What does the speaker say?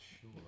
sure